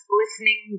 listening